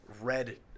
red